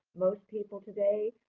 most people today,